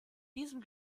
diesem